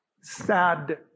sad